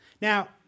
Now